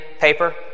paper